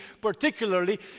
particularly